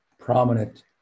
prominent